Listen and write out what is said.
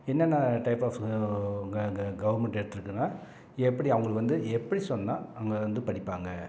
என்னென்ன type of க க கவர்மெண்ட் எடுத்துருக்குன்னால் எப்படி அவங்களுக்கு வந்து எப்படி சொன்னால் அவங்க வந்து படிப்பாங்க